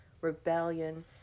rebellion